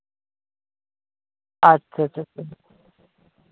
ᱟᱪᱪᱷᱟ ᱪᱷᱟ